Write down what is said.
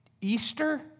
Easter